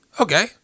Okay